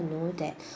know that